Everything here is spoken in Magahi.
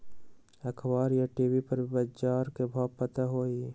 अखबार या टी.वी पर बजार के भाव पता होई?